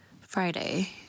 friday